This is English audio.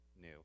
new